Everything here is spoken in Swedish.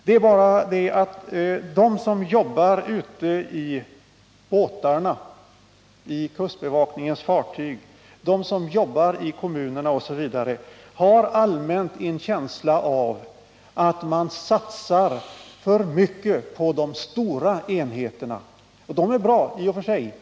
Det är bara det att de som jobbar på kustbevakningens fartyg liksom de som arbetar med dessa saker i kommunerna allmänt har en känsla av att det satsas för mycket på de stora enheterna. Dessa är bra i och för sig.